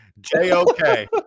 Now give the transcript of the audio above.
J-O-K